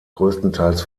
größtenteils